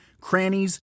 crannies